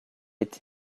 est